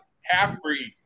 half-breed